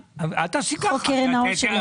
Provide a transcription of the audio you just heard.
כמו קרן ההון.